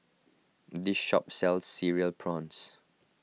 this shop sells Cereal Prawns